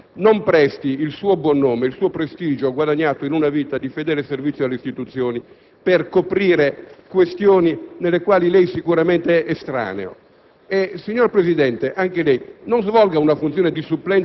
Già questo desta qualche preoccupazione. Signor Ministro, non presti il suo buon nome e il suo prestigio, guadagnati in una vita di fedele servizio alle istituzioni, per coprire questioni alle quali lei sicuramente è estraneo.